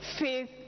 faith